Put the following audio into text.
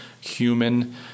human